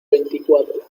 veinticuatro